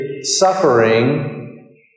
suffering